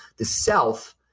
the self,